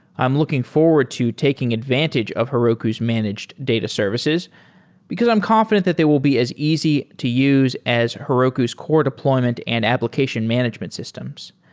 i'm looking forward to taking advantage of heroku's managed data services because i'm confident that they will be as easy to use as heroku's core deployment and application management systems.